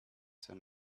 soon